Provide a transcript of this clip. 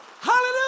Hallelujah